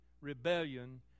rebellion